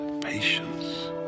patience